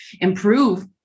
improve